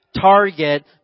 target